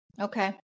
Okay